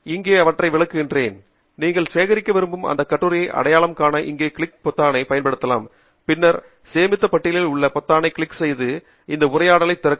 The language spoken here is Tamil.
இங்கே அவற்றை விளக்குகிறேன் நீங்கள் சேகரிக்க விரும்பும் அந்தக் கட்டுரையை அடையாளம் காண இந்த கிளிக் பொத்தான்களைப் பயன்படுத்தலாம் பின்னர் சேமித்த பட்டியலில் உள்ள பொத்தானைக் கிளிக் செய்து அது உரையாடலை திறக்கும்